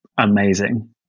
amazing